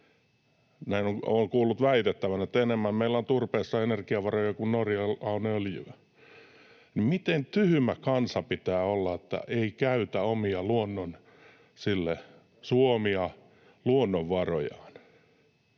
kuin olen kuullut väitettävän. Enemmän meillä on turpeessa energiavaroja kuin Norjalla on öljyä, joten miten tyhmä kansan pitää olla, että ei käytä omia luonnon